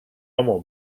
allemaal